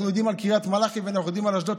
אנחנו יודעים על קריית מלאכי ואנחנו יודעים על אשדוד,